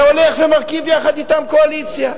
והולך ומרכיב יחד אתם קואליציה.